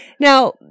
Now